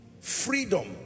Freedom